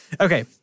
Okay